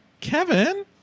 Kevin